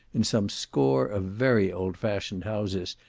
in some score of very old-fashioned houses,